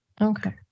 Okay